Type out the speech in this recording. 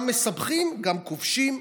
גם מספחים, גם כובשים.